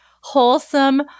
wholesome